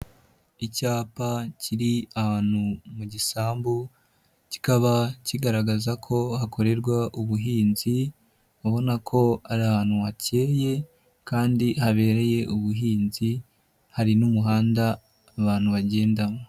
Icyapa kiri ahantu mu gisambu, kikaba kigaragaza ko hakorerwa ubuhinzi, ubona ko ari ahantu hakeye kandi habereye ubuhinzi, hari n'umuhanda abantu bagendamo.